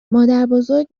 مادربزرگ